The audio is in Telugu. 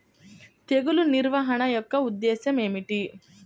తెగులు నిర్వహణ యొక్క ఉద్దేశం ఏమిటి?